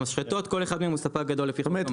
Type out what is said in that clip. המשחטות, כל אחד מהם הוא ספק גדול לפי חוק המזון.